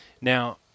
Now